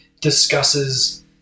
discusses